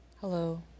Hello